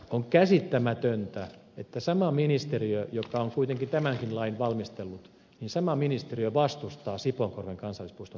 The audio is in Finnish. on käsittämätöntä että sama ministeriö joka on kuitenkin tämänkin lain valmistellut vastustaa sipoonkorven kansallispuiston perustamista